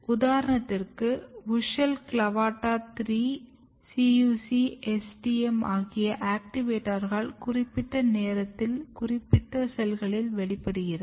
உதாரணத்திற்கு WUSCHEL CLAVATA 3 CUC STM ஆகிய ஆக்டிவேட்டர்கள் குறிப்பிட்ட நேரத்தில் குறிப்பிட்ட செல்களில் வெளிப்படுகிறது